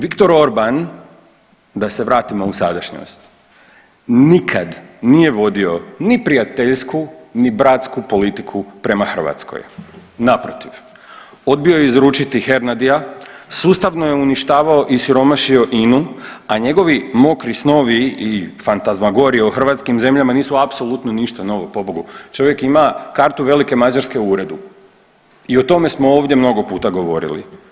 Viktor Orban, da se vratimo u sadašnjost, nikad nije vodio ni prijateljsku, ni bratsku politiku prema Hrvatskoj, naprotiv odbio je izručiti Hernadija, sustavno je uništavao i siromašio INA-u, a njegovi mokri snovi i … [[Govornik se ne razumije]] o hrvatskim zemljama nisu apsolutno ništa novo pobogu, čovjek ima kartu velike Mađarske u uredu i o tome smo ovdje mnogo puta govorili.